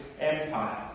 empire